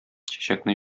чәчәкне